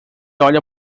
olha